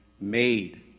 made